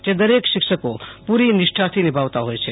જે દરેક શિક્ષકો પુરી નિષ્ઠાથી નિભાવતાં હોય છે